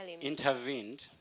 intervened